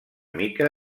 mica